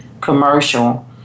commercial